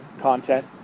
content